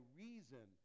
reason